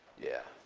yeah.